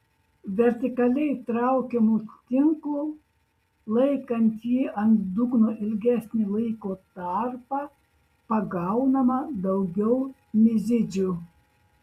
vertikaliai traukiamu tinklu laikant jį ant dugno ilgesnį laiko tarpą pagaunama daugiau mizidžių